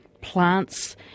plants